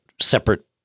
separate